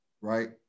right